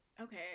okay